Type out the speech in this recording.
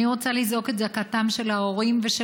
אני רוצה לזעוק את זעקתם של ההורים ושל